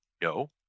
no